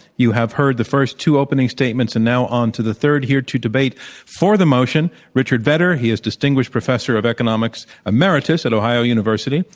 you have heard the first two opening statements. and now on to the third. here to debate for the motion, richard vedder. he is distinguished professor of economics emeritus at ohio university,